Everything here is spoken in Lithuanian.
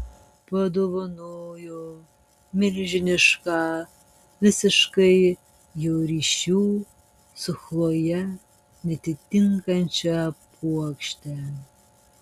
padovanojo milžinišką visiškai jo ryšių su chloje neatitinkančią puokštę